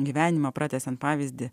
gyvenimą pratęsiant pavyzdį